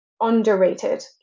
underrated